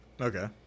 Okay